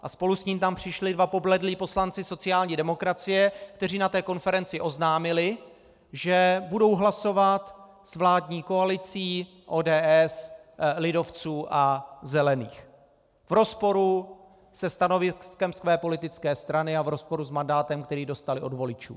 A spolu s ním tam přišli dva pobledlí poslanci sociální demokracie, kteří na konferenci oznámili, že budou hlasovat s vládní koalicí ODS, lidovců a zelených v rozporu se stanoviskem své politické strany a v rozporu s mandátem, který dostali od voličů.